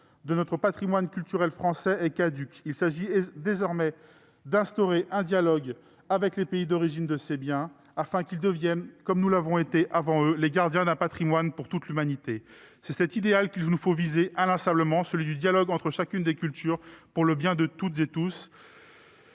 de notre patrimoine culturel français est caduc. Il s'agit désormais d'instaurer un dialogue avec les pays d'origine de ces biens, afin qu'ils deviennent, comme nous l'avons été avant eux, les gardiens d'un patrimoine pour toute l'humanité. C'est cet idéal qu'il nous faut viser inlassablement, celui du dialogue entre chacune des cultures pour le bien de toutes et tous,